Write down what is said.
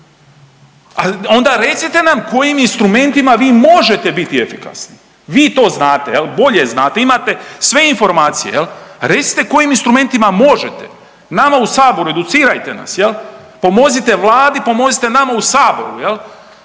onda recite nam kojim instrumentima vi možete biti efikasni. Vi to znate, je li, bolje znate, imate sve informacije. Recite kojim instrumentima možete, nama u Saboru, educirajte nas. Pomozite Vladi, pomozite nama u Saboru,